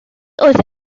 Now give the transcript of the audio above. oedd